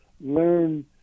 learn